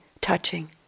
touching